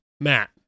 Matt